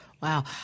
Wow